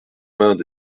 vingt